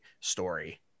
story